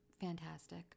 fantastic